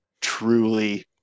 truly